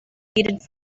needed